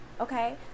okay